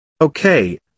Okay